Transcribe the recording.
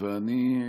ואני,